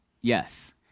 Yes